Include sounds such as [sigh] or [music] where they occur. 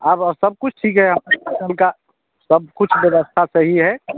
हाँ अब सब कुछ ठीक है [unintelligible] होटल की सब कुछ व्यवस्था सही है